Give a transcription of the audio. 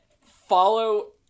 follow